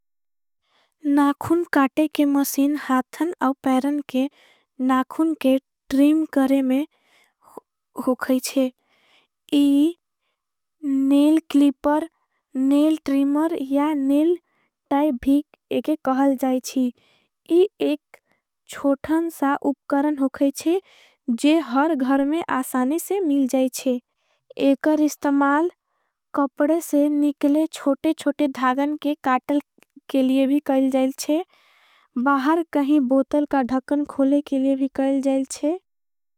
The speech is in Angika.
नाखुन काटे के मॉसीन हाथन और पेरन के नाखुन के ट्रिम करे। में हो खईछे यह नेल क्लिपर नेल ट्रिमर या नेल टाइब ही यहके। कहल जाईछी यह एक छोटन सा उपकरण हो खईछे जो हर। घर में आसाने से मिल जाईछे एकर इस्तमाल कपड़े से निकले। छोटे छोटे धागन के काटल के लिए भी कहल जाईछे। बाहर कहीं बोतल का धखन खोले के लिए भी कहल जाईछे।